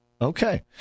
Okay